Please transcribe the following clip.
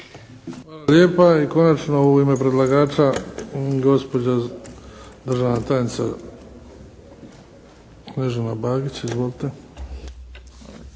Hvala lijepa. I konačno u ime predlagača gospođa državna tajnica, uvažena Bagić. Izvolite!